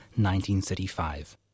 1935